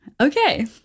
Okay